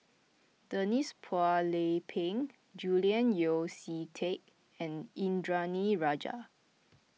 Denise Phua Lay Peng Julian Yeo See Teck and Indranee Rajah